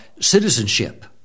citizenship